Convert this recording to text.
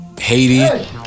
Haiti